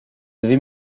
avez